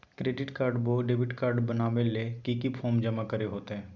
Credit card बोया debit card बनाने ले की की फॉर्म जमा करे होते?